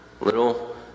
little